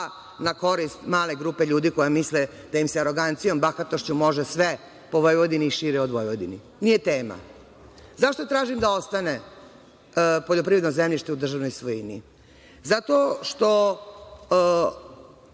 na korist male grupe ljudi koja misle da im se arogancijom, bahatošću može sve po Vojvodini i šire od Vojvodine. Ne, nije tema.Zašto tražim da ostane poljoprivredno zemljište u državnoj svojini? Zato što